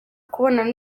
kubonana